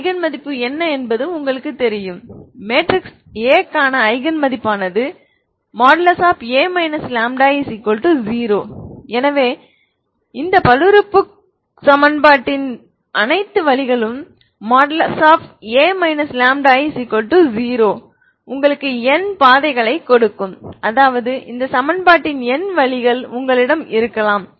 eigen மதிப்பு என்ன என்பது உங்களுக்குத் தெரியும் மேட்ரிக்ஸ் A க்கான ஐகன் மதிப்பு a λI0 எனவே இந்த பல்லுறுப்பு சமன்பாட்டின் அனைத்து வழிகளும் a λI 0 உங்களுக்கு n பாதைகளைக் கொடுக்கும் அதாவது இந்த சமன்பாட்டின் n வழிகள் உங்களிடம் இருக்கலாம்